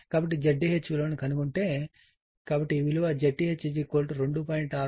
కాబట్టి ZTH విలువ ను కనుగొంటే కాబట్టి ఈ విలువ ZTH 2